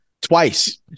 twice